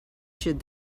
should